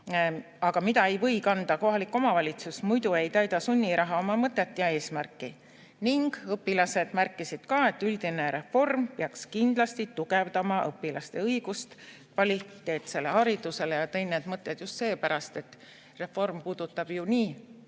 aga mida ei või kanda kohalik omavalitsus, muidu ei täida sunniraha oma mõtet ja eesmärki. Ning õpilased märkisid ka, et üldine reform peaks kindlasti tugevdama õpilaste õigust kvaliteetsele haridusele. Tõin need mõtted just seepärast, et reform puudutab ju nii